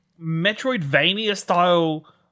Metroidvania-style